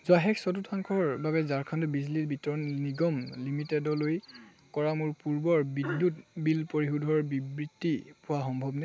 যোৱা শেষ চতুৰ্থাংশৰ বাবে ঝাৰখণ্ড বিজলী বিতৰণ নিগম লিমিটেডলৈ কৰা মোৰ পূৰ্বৰ বিদ্যুৎ বিল পৰিশোধৰ বিবৃতি পোৱা সম্ভৱনে